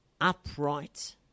upright